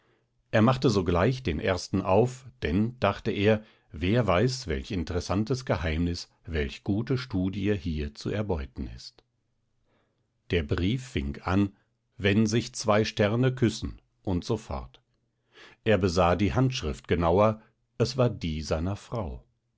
er machte sogleich den ersten auf denn dachte er wer weiß welch interessantes geheimnis welche gute studie hier zu erbeuten ist der brief fing an wenn sich zwei sterne küssen usf er besah die handschrift genauer es war die seiner frau